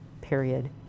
period